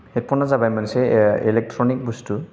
headphone आ जाबाय मोनसे इलेक्ट्र'निक बुस्थु